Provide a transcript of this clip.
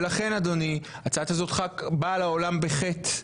ולכן אדוני ההצעה הזאת באה לעולם בחטא,